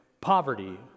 poverty